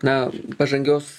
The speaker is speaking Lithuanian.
na pažangios